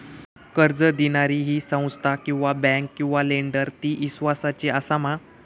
कर्ज दिणारी ही संस्था किवा बँक किवा लेंडर ती इस्वासाची आसा मा?